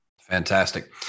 Fantastic